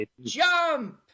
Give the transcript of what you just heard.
jump